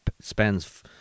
Spends